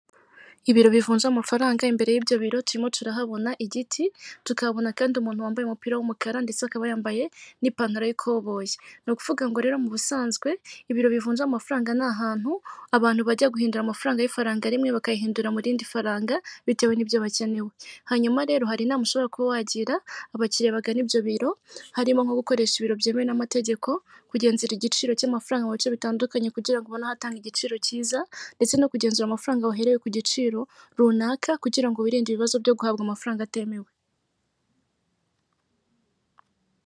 Ibiro bivunja amafaranga imbere y'ibyo biro turimo turahabona igiti tukahabona kandi umuntu wambaye umupira w'umukara ndetse akaba yambaye n'ipantaro y'ikoboyi, nukuvuga ngo rero mu busanzwe ibiro bivunja amafaranga ni ahantu abantu bajya guhindura amafaranga y'ifaranga rimwe bakayihindura murindi faranga bitewe nibyo bakenewe, hanyuma rero hari inama ushobora kuba wagira abakiriya bagana ibyo biro harimo nko gukoresha ibiro byemewe n'amategeko, kugenzura igiciro cy'amafaranga mu bice bitandukanye kugira ngo ubone ahatanga igiciro cyiza ndetse no kugenzura amafaranga waherewe ku giciro runaka kugira ngo wirinde ibibazo byo guhabwa amafaranga atemewe.